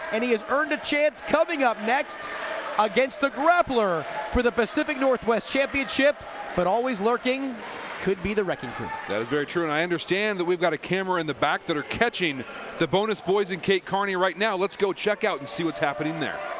and he has earned a chance coming up next against the grappler for the pacific northwest championship but always lurking could be the wrecking crew. ja that is very true and i understand that we've got a camera in the back that are catching the bonus boys and kate carney right now. let's go check out and see what's happening there